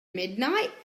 midnight